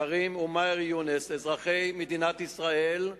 כרים ומאהר יונס, אזרחי מדינת ישראל,